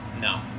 No